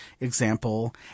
example